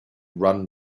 run